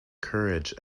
courage